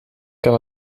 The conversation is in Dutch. kan